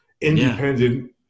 independent